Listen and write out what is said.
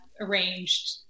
arranged